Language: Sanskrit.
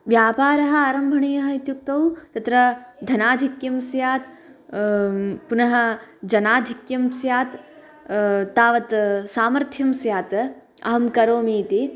व्यापारः आरम्भणीयः इत्युक्तौ तत्र धनाधिक्यं स्यात् पुनः जनाधिक्यं स्यात् तावत् सामर्थ्यं स्यात् अहं करोमीति